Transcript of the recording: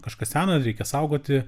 kažkas sena reikia saugoti